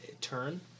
turn